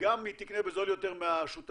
גם היא תקנה בזול יותר מהשותפות,